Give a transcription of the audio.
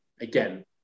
again